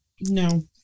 no